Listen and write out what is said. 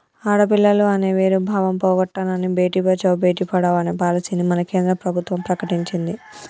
ఆడపిల్లలు అనే వేరు భావం పోగొట్టనని భేటీ బచావో బేటి పడావో అనే పాలసీని మన కేంద్ర ప్రభుత్వం ప్రకటించింది